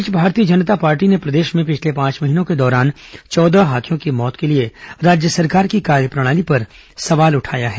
इस बीच भारतीय जनता पार्टी ने प्रदेश में पिछले पांच महीनों के दौरान चौदह हाथियों की मौत के लिए राज्य सरकार की कार्यप्रणाली पर सवाल उठाया है